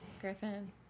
Griffin